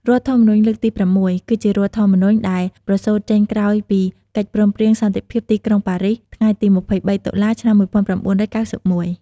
រដ្ឋធម្មនុញ្ញលើកទី៦ គឺជារដ្ឋធម្មនុញ្ញដែលប្រសូត្រចេញក្រោយពីកិច្ចព្រមព្រៀងសន្តិភាពទីក្រុងបារីស ថ្ងៃទី ២៣ តុលាឆ្នាំ១៩៩១។